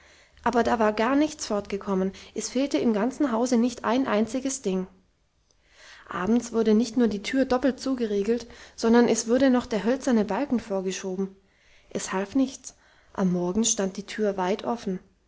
aber da war gar nichts fortgekommen es fehlte im ganzen hause nicht ein einziges ding abends wurde nicht nur die tür doppelt zugeriegelt sondern es wurde noch der hölzerne balken vorgeschoben es half nichts am morgen stand die tür weit offen